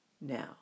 now